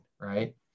right